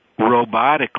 robotically